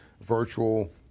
virtual